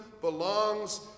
belongs